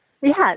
Yes